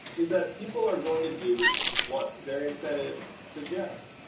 is that people are going to do what their incentives suggest.